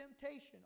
temptation